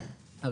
אז